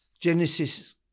Genesis